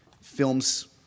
Films